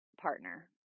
partner